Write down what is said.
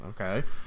okay